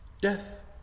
Death